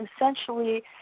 essentially